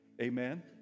Amen